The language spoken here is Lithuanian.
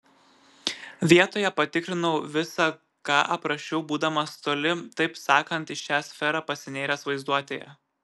vietoje patikrinau visa ką aprašiau būdamas toli taip sakant į šią sferą pasinėręs vaizduotėje